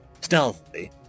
Stealthily